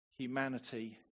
Humanity